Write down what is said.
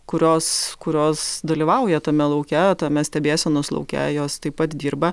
kurios kurios dalyvauja tame lauke tame stebėsenos lauke jos taip pat dirba